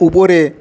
উপরে